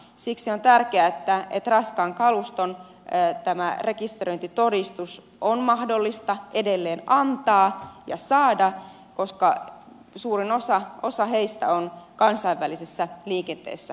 siksi on tärkeää että raskaan kaluston rekisteröintitodistus on mahdollista edelleen antaa ja saada koska suurin osa siitä on kansainvälisessä liikenteessä mukana